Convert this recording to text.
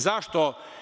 Zašto?